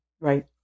Right